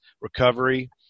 recovery